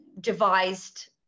devised